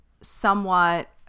somewhat